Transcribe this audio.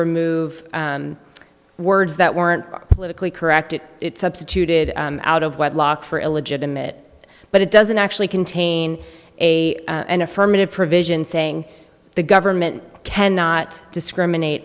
remove words that weren't politically correct it substituted out of wedlock for illegitimate but it doesn't actually contain a an affirmative provision saying the government cannot discriminate